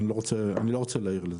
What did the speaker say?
אבל אני לא רוצה להעיר לזה.